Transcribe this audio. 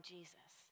Jesus